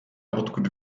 odkud